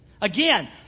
Again